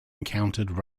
encountered